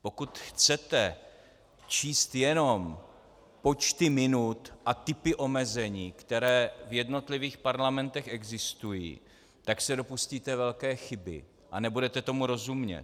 Pokud chcete číst jenom počty minut a typy omezení, které v jednotlivých parlamentech existují, tak se dopustíte velké chyby a nebudete tomu rozumět.